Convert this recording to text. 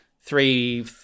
three